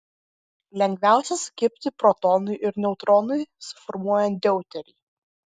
lengviausia sukibti protonui ir neutronui suformuojant deuterį